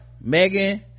Megan